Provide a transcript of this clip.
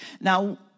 Now